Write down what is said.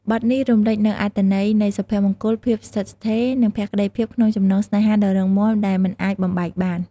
បទនេះរំលេចនូវអត្ថន័យនៃសុភមង្គល ភាពស្ថិតស្ថេរ និងភក្តីភាពក្នុងចំណងស្នេហាដ៏រឹងមាំ ដែលមិនអាចបំបែកបាន។